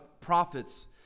prophets